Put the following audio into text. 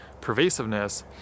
pervasiveness